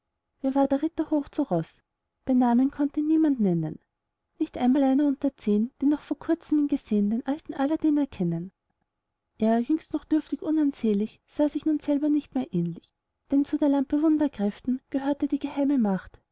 war der ritter hoch zu roß bei namen konnt ihn niemand nennen nicht einmal einer unter zehn die noch vor kurzem ihn gesehn den alten aladdin erkennen er jüngst noch dürftig unansehnlich sah nun sich selber nicht mehr ähnlich denn zu der lampe wunderkräften gehörte die geheime macht